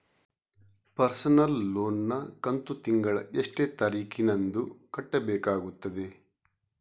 Personal loan ನ ಕಂತು ತಿಂಗಳ ಎಷ್ಟೇ ತಾರೀಕಿನಂದು ಕಟ್ಟಬೇಕಾಗುತ್ತದೆ?